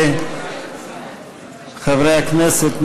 חברי הכנסת,